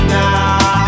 now